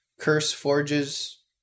CurseForge's